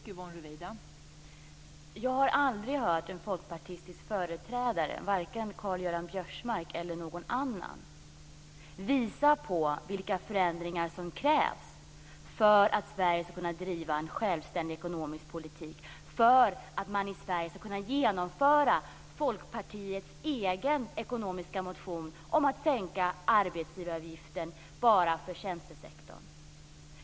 Fru talman! Jag har aldrig hört en folkpartistisk företrädare, vare sig Karl-Göran Biörsmark eller någon annan, visa vilka förändringar som krävs för att Sverige ska kunna driva en självständig ekonomisk politik så att man i Sverige ska kunna genomföra Folkpartiets egen ekonomiska motion om att sänka arbetsgivaravgiften bara för tjänstesektorn.